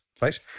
right